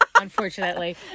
Unfortunately